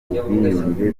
ubwiyunge